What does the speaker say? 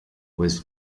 was